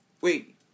Wait